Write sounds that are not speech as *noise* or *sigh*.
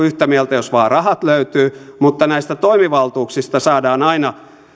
*unintelligible* yhtä mieltä jos vain rahat löytyvät mutta näistä toimivaltuuksista saadaan aina